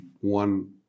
one